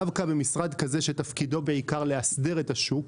דווקא במשרד כזה שתפקידו בעיקר לאסדר את השוק,